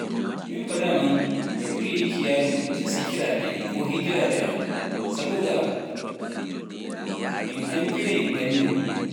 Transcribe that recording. Miin fa daaman mi ɓurii yikki yahdu e sakiraaɓe koo higiraaɓe am, sabu nga min ampiray banndum.